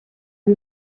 sie